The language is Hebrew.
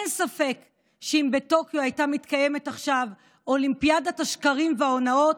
אין ספק שאם בטוקיו הייתה מתקיימת עכשיו אולימפיאדת השקרים וההונאות,